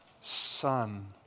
Son